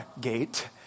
gate